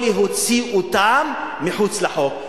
או להוציא אותם מחוץ לחוק.